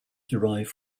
derived